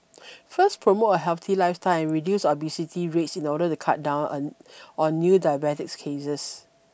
first promote a healthy lifestyle reduce obesity rates in order to cut down on on new diabetes cases